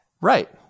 Right